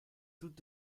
doute